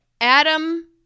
Adam